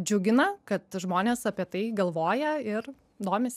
džiugina kad žmonės apie tai galvoja ir domisi